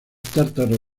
tártaros